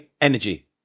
energy